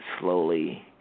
slowly